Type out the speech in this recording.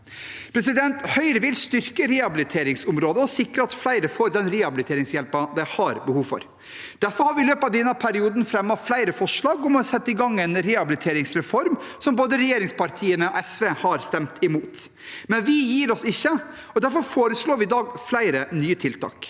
mange. Høyre vil styrke rehabiliteringsområdet og sikre at flere får den rehabiliteringshjelpen de har behov for. Derfor har vi i løpet av denne perioden fremmet flere forslag om å sette i gang en rehabiliteringsreform, som både regjeringspartiene og SV har stemt imot, men vi gir oss ikke, og derfor foreslår vi i dag flere nye tiltak.